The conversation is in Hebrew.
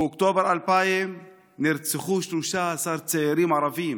באוקטובר 2000 נרצחו 13 צעירים ערבים,